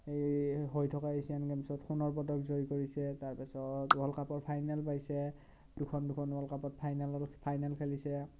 হৈ থকা এছিয়ান গেমছত সোণৰ পদক জয় কৰিছে তাৰপাছত ওৱৰ্ল্ড কাপত ফাইনেল পাইছে দুখন দুখন ওৱৰ্ল্ড কাপত ফাইনেলত ফাইনেল খেলিছে